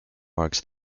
marks